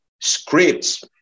scripts